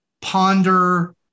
ponder